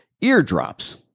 eardrops